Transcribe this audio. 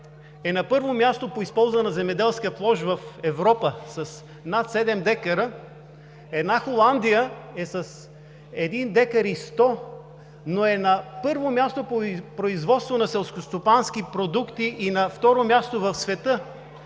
е на първо място по използвана земеделска площ в Европа с над седем декара, че една Холандия е с един декар и сто, но е на първо място по производство на селскостопански продукти и на второ място в света,